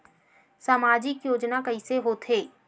सामजिक योजना कइसे होथे?